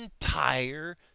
entire